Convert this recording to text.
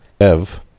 Ev